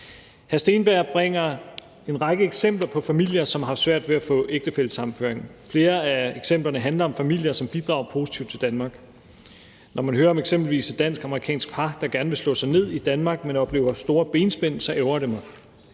Steenberg bringer en række eksempler på familier, som har haft svært ved at få ægtefællesammenføring. Flere af eksemplerne handler om familier, som bidrager positivt til Danmark. Når man hører om eksempelvis et dansk-amerikansk par, der gerne vil slå sig ned i Danmark, men oplever store benspænd, ærgrer det mig.